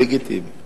לגיטימי.